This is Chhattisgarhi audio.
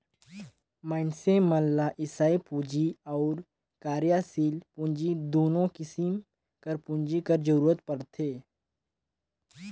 मइनसे मन ल इस्थाई पूंजी अउ कारयसील पूंजी दुनो किसिम कर पूंजी कर जरूरत परथे